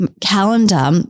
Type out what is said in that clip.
calendar